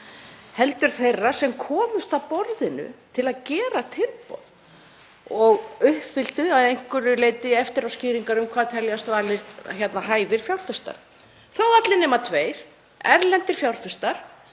heldur þeirra sem komumst að borðinu til að gera tilboð og uppfylltu að einhverju leyti eftiráskýringar um hvað teljist hæfir fjárfestar, allir nema tveir erlendir fjárfestar